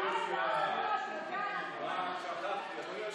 שכחתי להגיד